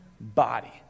body